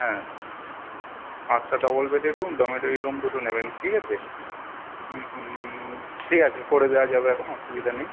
হ্যাঁ পাঁচটা ডবল বেডের রুম ডর্মেটারি রুম দুটো নেবেন ঠিক আছে হুম হুম হুম ঠিক আছে করে দেওয়া যাবে এখন অসুবিধা নেই